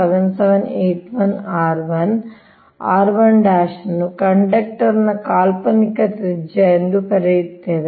7781r₁ r¹₁ ನ್ನು ಕಂಡಕ್ಟರ್ನ ಕಾಲ್ಪನಿಕ ತ್ರಿಜ್ಯ ಎಂದು ಕರೆಯುತ್ತೇವೆ